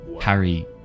Harry